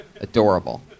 Adorable